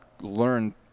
learn